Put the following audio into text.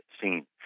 scene